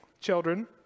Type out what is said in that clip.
children